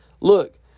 Look